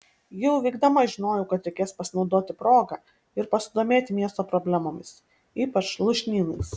jau vykdama žinojau kad reikės pasinaudoti proga ir pasidomėti miesto problemomis ypač lūšnynais